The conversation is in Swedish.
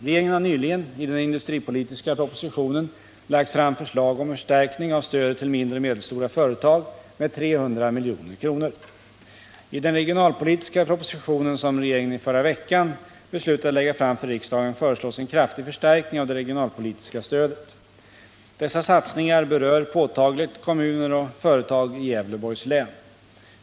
Regeringen har nyligen i den industripolitiska propositionen lagt fram förslag om förstärkning av stödet till mindre och medelstora företag med 300 milj.kr. I den regionalpolitiska propositionen, som regeringen i förra veckan beslutade lägga fram för riksdagen, föreslås en kraftig förstärkning av det regionalpolitiska stödet. Dessa satsningar berör påtagligt kommuner och företag i Gävleborgs län.